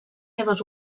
seves